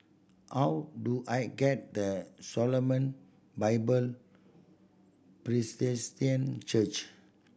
how do I get the Shalom Bible Presbyterian Church